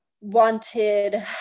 wanted